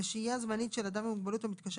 לשהייה זמנית של אדם עם מוגבלות המתקשה